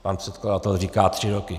Pan předkladatel říká tři roky.